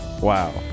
Wow